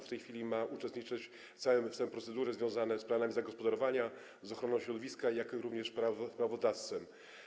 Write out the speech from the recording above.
W tej chwili ma uczestniczyć w całym spectrum procedury związanej z planem zagospodarowania, z ochroną środowiska, jak również z prawodawstwem.